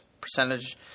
percentage